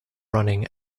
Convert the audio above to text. running